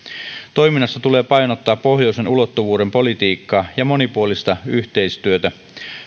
toiminnassa tulee painottaa pohjoisen ulottuvuuden politiikkaa ja monipuolista yhteistyötä